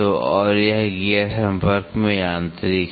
तो और यह गियर संपर्क में यांत्रिक हैं